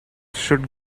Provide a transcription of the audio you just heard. should